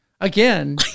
Again